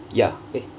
ya eh